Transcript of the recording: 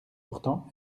pourtant